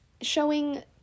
showing